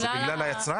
זה בגלל היצרן?